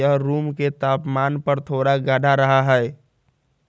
यह रूम के तापमान पर थोड़ा गाढ़ा रहा हई